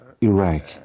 Iraq